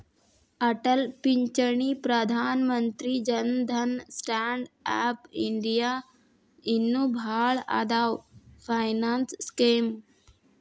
ಅಟಲ್ ಪಿಂಚಣಿ Pradhan Mantri Jan Dhan stand up India ಇನ್ನು ಭಾಳ್ ಅದಾವ್ ಫೈನಾನ್ಸ್ ಸ್ಕೇಮ್